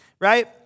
right